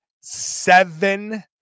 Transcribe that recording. seven